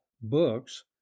books